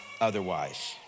otherwise